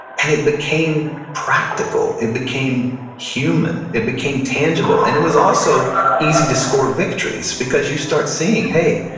and it became practical, it became human, it became tangible and it was also easy to score victories because you start saying, hey,